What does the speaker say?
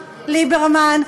ליברמן,